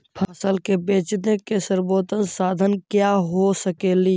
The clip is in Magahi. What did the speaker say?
फसल के बेचने के सरबोतम साधन क्या हो सकेली?